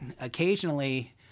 occasionally